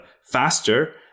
faster